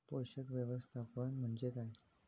पोषक व्यवस्थापन म्हणजे काय?